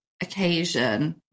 Occasion